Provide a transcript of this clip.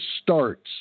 starts